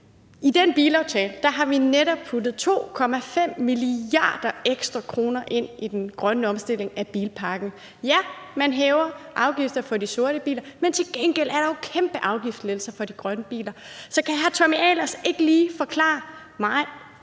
I den bilaftale har vi netop puttet 2,5 milliarder ekstra kroner ind i den grønne omstilling af bilparken. Ja, man hæver afgifterne for de sorte biler, men til gengæld er der jo kæmpe afgiftslettelser for de grønne biler. Så kan hr. Tommy Ahlers ikke lige forklare mig,